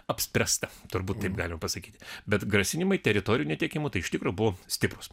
apspręsta turbūt taip galima pasakyti bet grasinimai teritorijų netekimu tai iš tikro buvo stiprūs